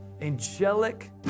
angelic